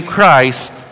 Christ